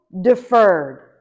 deferred